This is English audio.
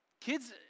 Kids